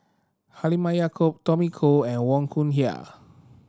Halimah Yacob Tommy Koh and Wong Yoon Wah